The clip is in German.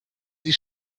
sie